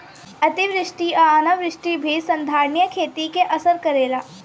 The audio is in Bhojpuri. अतिवृष्टि आ अनावृष्टि भी संधारनीय खेती के असर करेला